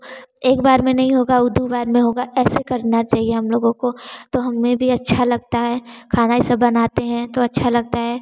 एक बार में नहीं होगा वह दो बार में होगा ऐसे करना चाहिए हम लोगों को तो हमें भी अच्छा लगता है खाना यह सब बनाते हैं तो अच्छा लगता है